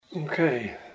Okay